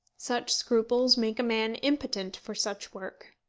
such scruples make a man impotent for such work.